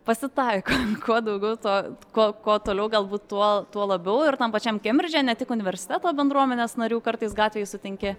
pasitaiko kuo daugiau tuo kuo kuo toliau galbūt tuo tuo labiau ir tam pačiam kembridže ne tik universiteto bendruomenės narių kartais gatvėj sutinki